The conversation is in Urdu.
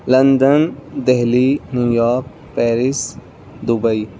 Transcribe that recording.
London Delhi New York Paris Dubai